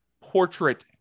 portrait